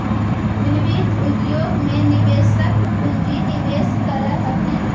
विभिन्न उद्योग में निवेशक पूंजी निवेश करऽ हथिन